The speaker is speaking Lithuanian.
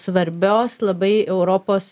svarbios labai europos